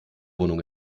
wohnung